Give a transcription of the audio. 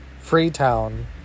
Freetown